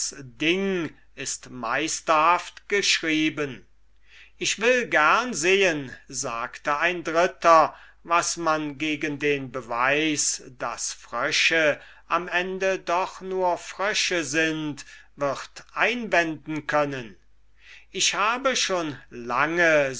ding ist meisterhaft geschrieben ich will gerne sehen sagte ein dritter was man gegen den beweis daß frösche am ende doch nur frösche sind wird einwenden können ich habe schon lange